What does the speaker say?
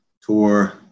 tour